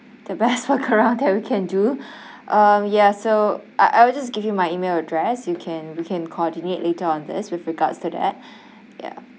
the best foreground that we can do um ya so I will just give you my email address you can we can coordinate later on this with regards to that ya